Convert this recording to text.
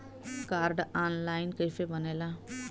Card online कइसे बनेला?